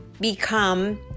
become